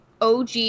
OG